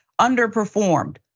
underperformed